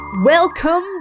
Welcome